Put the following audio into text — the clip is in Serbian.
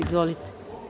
Izvolite.